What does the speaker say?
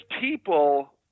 people